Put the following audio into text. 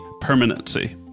permanency